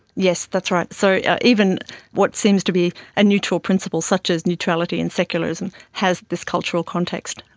yes, that's right. so even what seems to be a neutral principle such as neutrality and secularism has this cultural context.